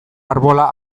arbola